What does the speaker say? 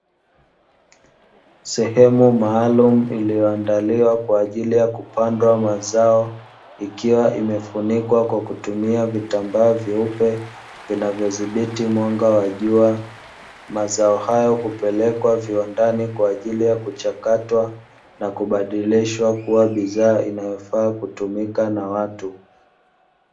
Sehemu maalumu ambayo imeandaliwa kwa ajili ya kupandwa mazao ikiwa imefunikwa kwa kutumia vitambaa vyeupe vinavyodhibiti mwanga wa jua, mazao hayo hupelekwa viwandani kwa ajili ya kuchakatwa na kubadilishwa kuwa bidhaa inayofaa kutumika na watu.